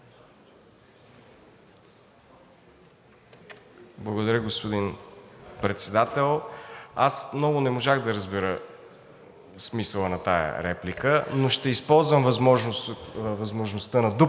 Благодаря, господин Председател. Аз много не можах да разбера смисъла на тази реплика, но ще използвам възможността на дупликата,